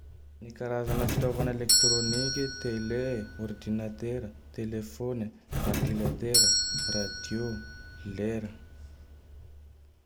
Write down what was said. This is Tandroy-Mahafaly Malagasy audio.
Ny karazagne fitaovana eletrônike: Tele, Ordinatera, Telefône, Vantilantera, Radio, Lera.